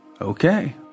Okay